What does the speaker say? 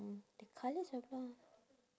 the colours